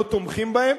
לא תומכים בהם,